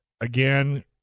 again